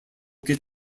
get